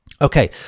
Okay